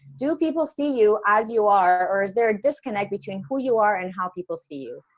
do people see you, as you are or is there a disconnect between who you are and how people see you?